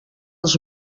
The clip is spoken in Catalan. els